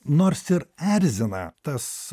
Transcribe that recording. nors ir erzina tas